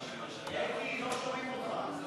אין נמנעים.